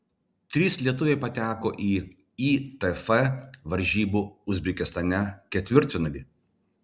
trys lietuviai pateko į itf varžybų uzbekistane ketvirtfinalį